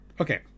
Okay